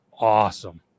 awesome